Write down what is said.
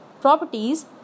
properties